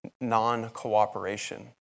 non-cooperation